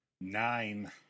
Nine